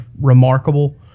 remarkable